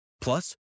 Plus